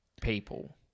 people